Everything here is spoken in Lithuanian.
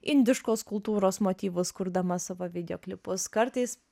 indiškos kultūros motyvus kurdama savo video klipus kartais